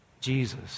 Jesus